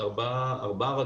זה ארבע רגליים,